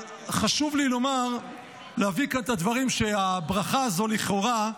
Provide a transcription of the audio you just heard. חשוב לי להביא כאן את הדברים שהברכה הזו לכאורה,